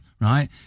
right